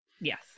Yes